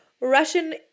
Russian